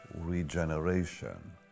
regeneration